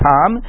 Tom